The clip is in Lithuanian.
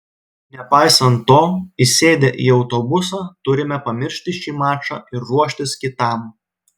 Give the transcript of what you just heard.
nepaisant to įsėdę į autobusą turime pamiršti šį mačą ir ruoštis kitam